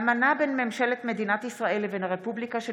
אמנה בין ממשלת מדינת ישראל לבין הרפובליקה של